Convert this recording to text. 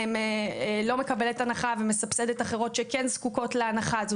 אני לא מקבלת הנחה ומסבסדת אחרות שכן זקוקות להנחה הזו.